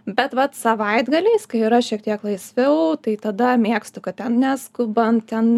bet vat savaitgaliais kai yra šiek tiek laisviau tai tada mėgstu kad ten neskubant ten